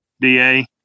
DA